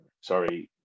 sorry